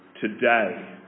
today